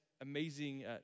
amazing